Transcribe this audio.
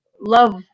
love